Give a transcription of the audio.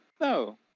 no